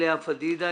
לאה פדידה,